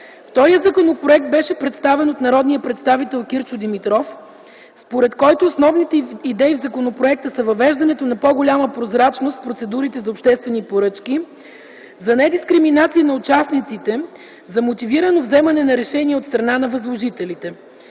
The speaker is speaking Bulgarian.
Вторият законопроект беше представен от народния представител Кирчо Димитров, според който основните идеи в законопроекта са: въвеждането на по-голяма прозрачност в процедурите за обществени поръчки, за недискриминация на участниците, за мотивирано вземане на решения от страна на възложителите.